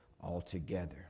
altogether